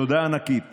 תודה ענקית